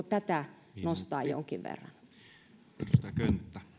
tätä voisi nostaa jonkin verran